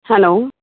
hello